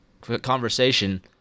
conversation